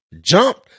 jump